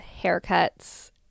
haircuts